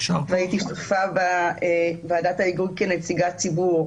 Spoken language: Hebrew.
והייתי שותפה בוועדת ההיגוי כנציגת ציבור.